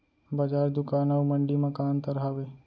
बजार, दुकान अऊ मंडी मा का अंतर हावे?